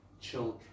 children